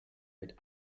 mit